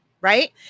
Right